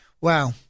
Wow